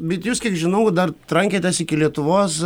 bet jūs kiek žinau dar trankėtės iki lietuvos